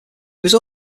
also